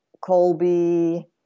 Colby